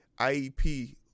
IEP